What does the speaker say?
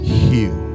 heal